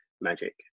magic